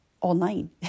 online